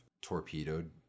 torpedoed